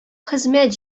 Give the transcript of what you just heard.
хезмәт